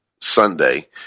Sunday